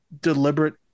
deliberate